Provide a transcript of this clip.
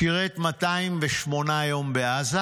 שירת 208 יום בעזה